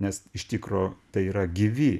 nes iš tikro tai yra gyvi